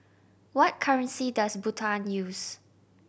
what currency does Bhutan use